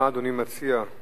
להסתפק בדברים שלך?